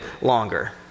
longer